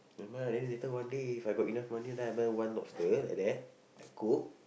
never mind lah later then one day If I got enough money then I buy one lobster like that I cook